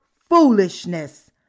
foolishness